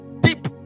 deep